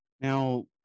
Now